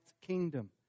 kingdom